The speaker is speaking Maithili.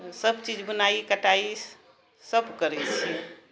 सबचीज बुनाइ कटाइ सब करै छियै